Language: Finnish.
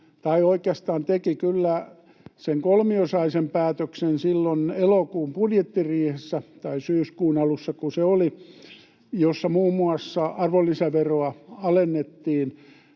tai oikeastaan teki kyllä sen kolmiosaisen päätöksen silloin elokuun budjettiriihessä — tai syyskuun alussa, kun se oli — jossa muun muassa arvonlisäveroa alennettiin.